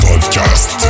Podcast